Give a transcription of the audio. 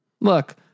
look